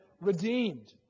redeemed